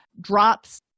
drops